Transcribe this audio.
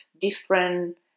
different